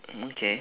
okay